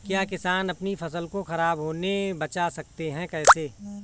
क्या किसान अपनी फसल को खराब होने बचा सकते हैं कैसे?